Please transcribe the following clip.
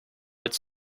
its